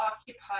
occupied